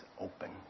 open